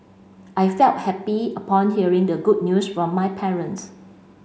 I felt happy upon hearing the good news from my parents